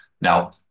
Now